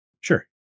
Sure